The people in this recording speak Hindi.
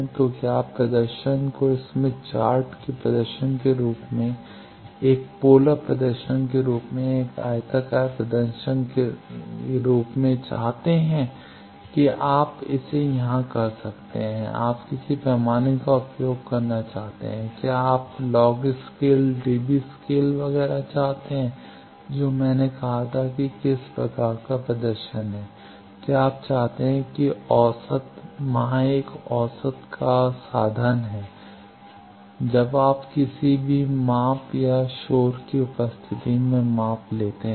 तो क्या आप प्रदर्शन को स्मिथ चार्ट प्रदर्शन के रूप में एक पोलर प्रदर्शन के रूप में एक आयताकार प्रदर्शन के रूप में चाहते हैं कि आप इसे यहां कर सकते हैं कि आप किस पैमाने का उपयोग करना चाहते हैं क्या आप लॉग स्केल डीबी स्केल वगैरह चाहते हैं जो मैंने कहा था कि किस प्रकार का प्रदर्शन है क्या आप चाहते हैं कि औसत वहाँ एक औसत साधन है जब आप किसी भी माप और शोर की उपस्थिति में मान लेते हैं